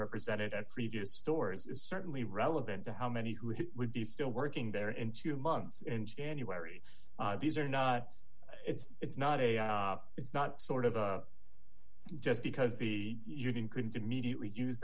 represented at previous stores is certainly relevant to how many who would be still working there in two months in january these are not it's not a it's not sort of a just because the union couldn't immediately use